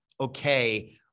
okay